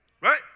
Right